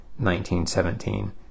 1917